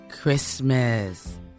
Christmas